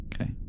Okay